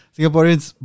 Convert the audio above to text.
Singaporeans